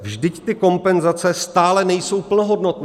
Vždyť ty kompenzace stále nejsou plnohodnotné.